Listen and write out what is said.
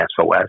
SOS